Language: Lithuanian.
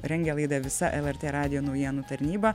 rengia laidą visa lrt radijo naujienų tarnyba